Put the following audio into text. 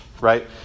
right